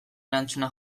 erantzuna